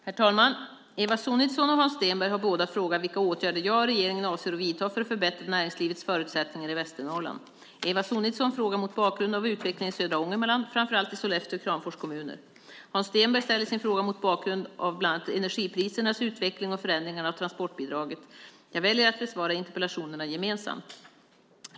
Herr talman! Eva Sonidsson och Hans Stenberg har båda frågat vilka åtgärder jag och regeringen avser att vidta för att förbättra näringslivets förutsättningar i Västernorrland. Eva Sonidsson frågar mot bakgrund av utvecklingen i södra Ångermanland, framför allt i Sollefteå och Kramfors kommuner. Hans Stenberg ställer sin fråga mot bakgrund av bland annat energiprisernas utveckling och förändringarna av transportbidraget. Jag väljer att besvara interpellationerna gemensamt.